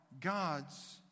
God's